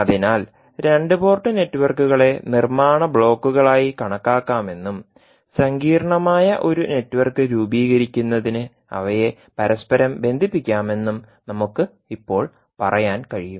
അതിനാൽ രണ്ട് പോർട്ട് നെറ്റ്വർക്കുകളെ നിർമ്മാണ ബ്ലോക്കുകളായി കണക്കാക്കാമെന്നും സങ്കീർണ്ണമായ ഒരു നെറ്റ്വർക്ക് രൂപീകരിക്കുന്നതിന് അവയെ പരസ്പരം ബന്ധിപ്പിക്കാമെന്നും നമുക്ക് ഇപ്പോൾ പറയാൻ കഴിയും